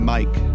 Mike